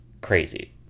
crazy